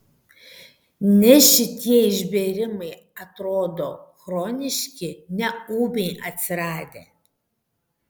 ne šitie išbėrimai atrodo chroniški ne ūmiai atsiradę